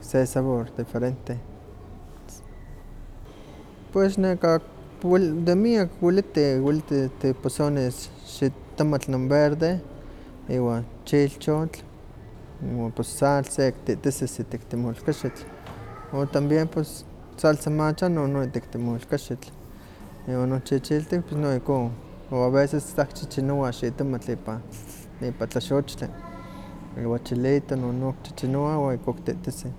se sabor diferente. Pues neka de miak weliti, weliti tihposonis xitomatl non verde, iwa chilchotl, iwan pues sal sekititisis ika temolkaxitl, o también no salsa macha no noitik temolkaxitl, iwan no chichiltik noihko, o a veces sa kichichinowah xitomatl ipa ipa tlaxochtli, iwa chilito noihko kichichinowa wa ihko kititisih.